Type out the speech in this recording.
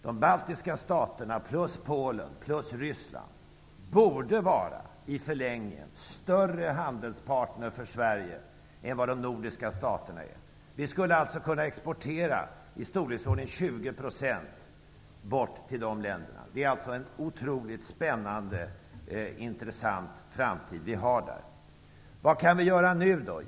De baltiska staterna plus Polen och Ryssland borde i förlängningen vara större handelspartner för Sverige än vad de nordiska länderna är. Vi skulle kunna exportera i storleksordningen 20 % till de länderna. Framtiden är alltså otroligt spännande och intressant där. Vad kan vi göra nu?